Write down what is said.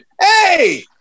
Hey